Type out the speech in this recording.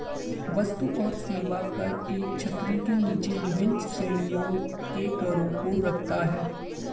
वस्तु और सेवा कर एक छतरी के नीचे विभिन्न श्रेणियों के करों को रखता है